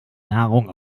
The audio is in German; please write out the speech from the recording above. nahrung